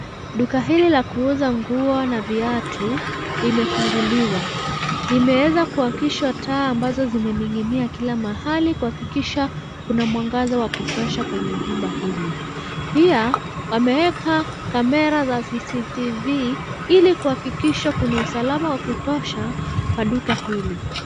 Duka hili la kuuza nguo na viatu imefunguliwa. Limeweza kuwakishwa taa ambazo zimening'inia kila mahali kuhakikisha kuna mwangaza wa kutosha kwenye jumba hili. Pia, wameweka kamera za CCTV ili kuhakikisha kuna usalama wa kutosha kwa duka hili.